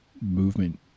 movement